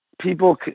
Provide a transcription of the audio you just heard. people